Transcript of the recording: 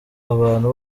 abantu